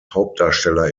hauptdarsteller